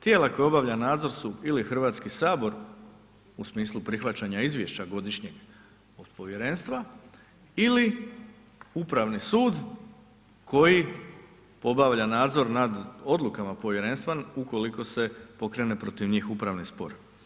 Tijela koja obavljaju nadzor su ili Hrvatski sabor u smislu prihvaćanja izvješća godišnjeg od povjerenstva ili upravni sud koji obavlja nadzor nad odlukama povjerenstva ukoliko se pokrene protiv njih upravni spor.